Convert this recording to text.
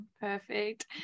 perfect